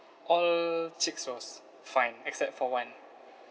all chicks was fine except for one